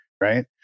right